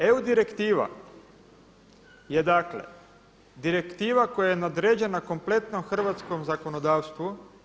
EU direktiva je dakle direktiva koja je nadređena kompletno hrvatskom zakonodavstvu.